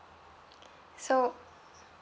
so